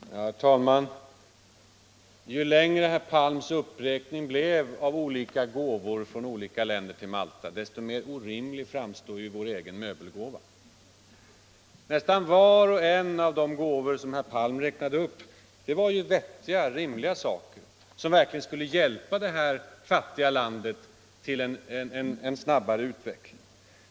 Herr talman! Ju längre herr Palms uppräkning blev av olika gåvor från olika länder till Malta, desto orimligare framstod vår egen möbelgåva. Var och varannan av de gåvor som herr Palm räknade upp var ju vettiga, rimliga saker som verkligen skulle hjälpa det här fattiga landet till snabbare utveckling.